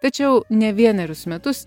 tačiau ne vienerius metus